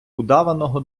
удаваного